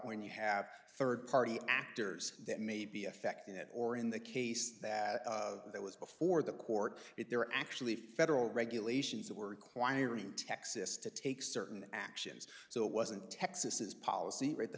when you have third party actors that may be affecting it or in the case that it was before the court if there actually federal regulations that were acquiring texas to take certain actions so it wasn't texas policy right the